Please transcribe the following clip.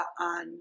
on